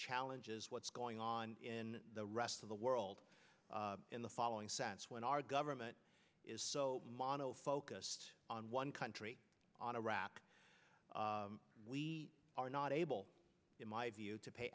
challenge is what's going on in the rest of the world in the following sense when our government is so mano focused on one country on iraq we are not able in my view to pay